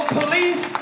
police